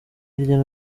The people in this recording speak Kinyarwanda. hirya